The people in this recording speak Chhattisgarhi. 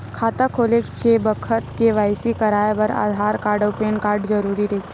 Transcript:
खाता खोले के बखत के.वाइ.सी कराये बर आधार कार्ड अउ पैन कार्ड जरुरी रहिथे